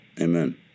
Amen